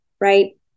right